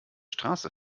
straße